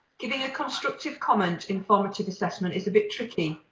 giving a constructive comment in formative assessment is a bit tricky.